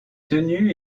tenue